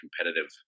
competitive